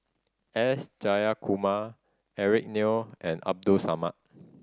S Jayakumar Eric Neo and Abdul Samad